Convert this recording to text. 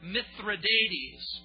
Mithridates